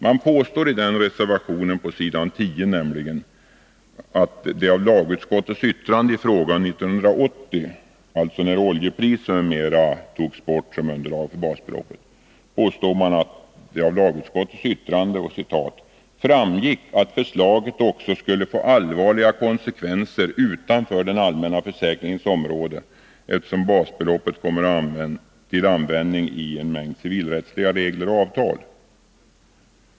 Man påstår Torsdagen den nämligen i denna reservation på s. 10, att det av lagutskottets yttrande i 10 december 1981 frågan 1980 — alltså när oljepriser m.m. togs bort som underlag för» = basbeloppet — ”framgick att förslaget också skulle få allvarliga konsekvenser = Sättet att fastställa utanför den allmänna försäkringens område eftersom basbeloppet kommer = basbeloppet, till användning i en mängd civilrättsliga regler och avtal”.